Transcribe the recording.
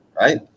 right